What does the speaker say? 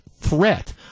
threat